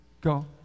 Go